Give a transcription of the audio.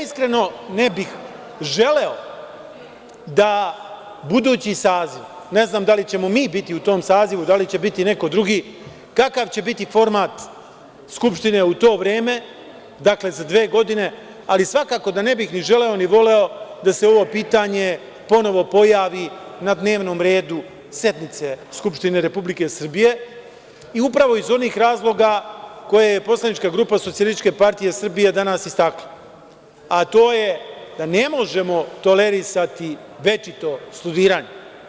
Iskreno, ja ne bih želeo da buduću saziv, ne znam da li ćemo mi biti u tom sazivu, da li će biti neko drugi, kakav će biti format Skupštine u to vreme, dakle, za dve godine, ali svakako da ne bih želeo, ni voleo da se ovo pitanje ponovo pojavi na dnevnom redu sednice Skupštine Republike Srbije, upravo iz onih razloga koje je poslanička grupa SPS danas istakla, a to je da ne možemo tolerisati večito studiranje.